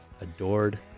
adored